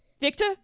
Victor